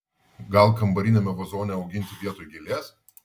gal kambariniame vazone auginti vietoj gėlės